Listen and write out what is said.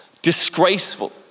disgraceful